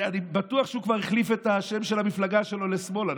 אני בטוח שהוא כבר החליף את השם של המפלגה שלו לשמאלה,